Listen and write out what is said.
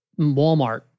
Walmart